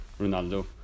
Ronaldo